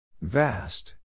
Vast